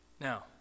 Now